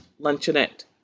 luncheonette